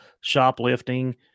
shoplifting